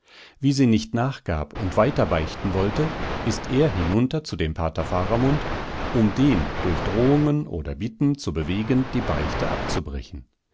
wie sie nicht nachgab und weiterbeichten wollte ist er hinunter zu dem pater faramund um den durch drohungen oder bitten zu bewegen die beichte abzubrechen